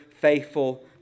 faithful